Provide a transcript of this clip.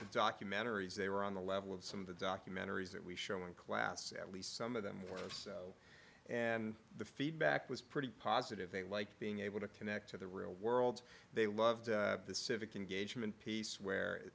documentaries they were on the level of some of the documentaries that we show in class at least some of them or so and the feedback was pretty positive they like being able to connect to the real world they loved the civic engagement piece where